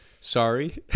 Sorry